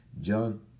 John